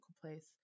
place